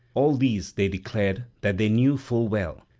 all these they declared that they knew full well.